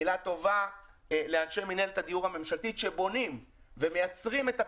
מילה טובה לאנשי מינהלת הדיור הממשלתית שבונים ומייצרים את הפתרונות,